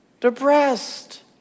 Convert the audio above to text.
depressed